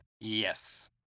Yes